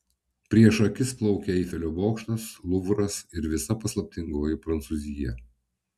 prieš akis plaukė eifelio bokštas luvras ir visa paslaptingoji prancūzija